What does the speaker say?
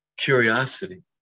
Curiosity